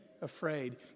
afraid